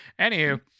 Anywho